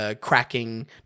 cracking